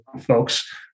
folks